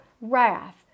wrath